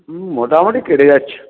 হ্যাঁ মোটামুটি কেটে যাচ্ছে